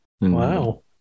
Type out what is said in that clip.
wow